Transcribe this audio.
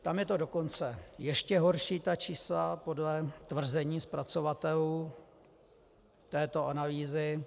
Tam je to dokonce ještě horší, ta čísla, podle tvrzení zpracovatelů této analýzy.